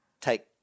take